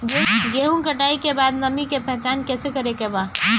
गेहूं कटाई के बाद नमी के पहचान कैसे करेके बा?